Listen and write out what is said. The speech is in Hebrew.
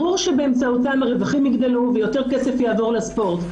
ברור שבאמצעותן הרווחים יגדלו ויותר כסף יעבור לספורט.